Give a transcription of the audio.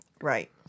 Right